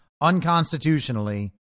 unconstitutionally